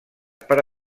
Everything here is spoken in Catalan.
per